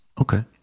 Okay